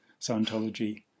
Scientology